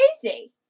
crazy